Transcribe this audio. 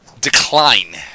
decline